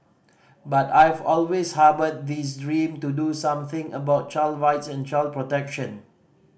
but I've always harboured this dream to do something about child rights and child protection